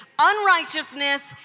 unrighteousness